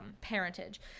parentage